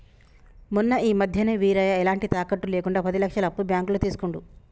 మొన్న ఈ మధ్యనే వీరయ్య ఎలాంటి తాకట్టు లేకుండా పది లక్షల అప్పు బ్యాంకులో తీసుకుండు